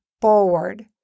forward